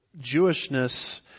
Jewishness